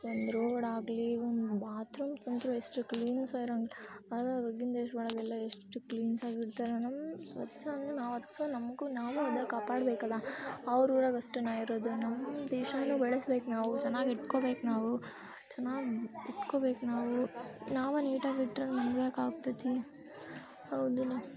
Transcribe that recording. ಒಂದು ರೋಡಾಗಲಿ ಒಂದು ಬಾತ್ರೂಮ್ಸ್ ಅಂತು ಎಷ್ಟು ಕ್ಲೀನು ಸಹ ಇರೋಂಗಿಲ್ಲ ಆದ್ರೆ ಹೊರ್ಗಿನ ದೇಶ್ದೊಳಗೆಲ್ಲ ಎಷ್ಟು ಕ್ಲೀನ್ಸ್ ಆಗಿಡ್ತಾರೆ ನಮ್ಮ ಸ್ವಚ್ಛ ಅಂದ್ರೆ ನಾವು ಅದ್ಕೆ ಸ ನಮಗೂ ನಾವೂ ಅದೇ ಕಾಪಾಡ್ಬೇಕಲ್ವ ಅವ್ರ ಊರಾಗೆ ಅಸ್ಟೆ ಇರೋದು ನಮ್ಮ ದೇಶನೂ ಬೆಳೆಸ್ಬೇಕ್ ನಾವು ಚೆನ್ನಾಗಿ ಇಟ್ಕೊಬೇಕು ನಾವು ಚೆನ್ನಾಗಿ ಇಟ್ಕೊಬೇಕು ನಾವು ನಾವು ನೀಟಾಗಿಟ್ಟರೆ ಹಂಗ್ಯಾಕ್ ಆಗ್ತೇತಿ ಹೌದಲ್ವೋ